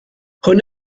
hwn